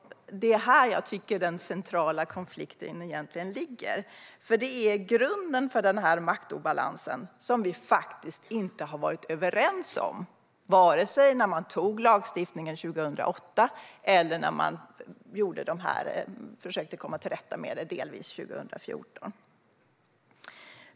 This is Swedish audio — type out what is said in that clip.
Det är här jag tycker att den centrala konflikten egentligen ligger. Det är grunden för maktobalansen som vi faktiskt inte har varit överens om, vare sig när lagstiftningen antogs 2008 eller när vi delvis försökte komma till rätta med den 2014.